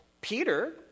Peter